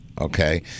okay